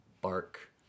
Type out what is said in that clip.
bark